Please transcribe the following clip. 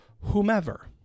whomever